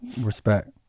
Respect